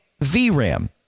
VRAM